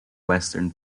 western